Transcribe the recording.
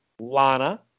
Lana